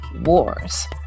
wars